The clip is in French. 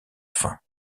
fin